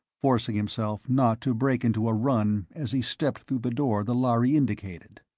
forcing himself not to break into a run as he stepped through the door the lhari indicated.